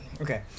okay